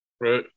Right